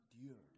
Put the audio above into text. endured